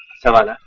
come on. ah